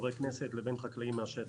חברי כנסת ובין חקלאים מן השטח.